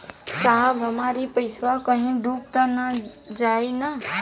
साहब हमार इ पइसवा कहि डूब त ना जाई न?